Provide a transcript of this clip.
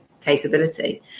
capability